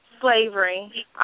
slavery